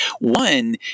one